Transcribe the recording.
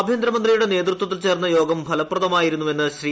ആഭ്യന്തരമന്ത്രിയുടെ നേതൃത്വത്തിൽ ചേർന്ന യോഗം ഫലപ്രദമായിരുന്നെന്ന് ശ്രീ